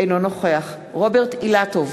אינו נוכח רוברט אילטוב,